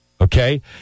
Okay